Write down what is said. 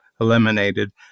eliminated